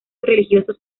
religiosos